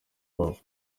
rubavu